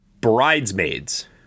Bridesmaids